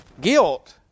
Guilt